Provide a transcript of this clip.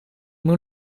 moet